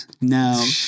No